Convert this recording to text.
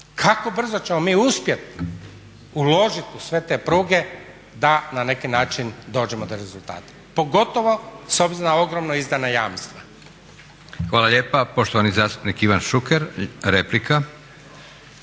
kako brzo ćemo mi uspjeti uložiti u sve te pruge da na neki način dođemo do rezultata, pogotovo s obzirom na ogromna izdana jamstva.